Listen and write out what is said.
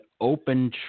Open